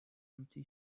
empty